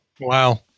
Wow